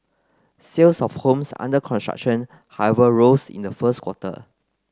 sales of homes under construction however rose in the first quarter